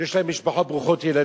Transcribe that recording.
שיש להם משפחות ברוכות ילדים,